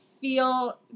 feel